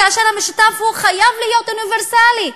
כאשר המשותף חייב להיות אוניברסלי,